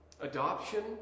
adoption